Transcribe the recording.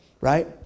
Right